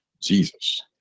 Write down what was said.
jesus